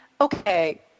okay